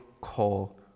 call